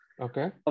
Okay